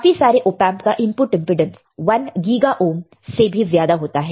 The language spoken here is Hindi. काफी सारे ऑपएंप का इनपुट इंपेडेंस 1 गीगा ओहम से भी ज्यादा होता है